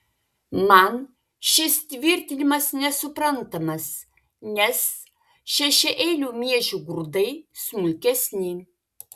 man šis tvirtinimas nesuprantamas nes šešiaeilių miežių grūdai smulkesni